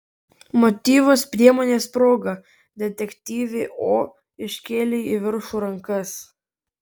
motyvas priemonės proga detektyvė o iškėlė į viršų rankas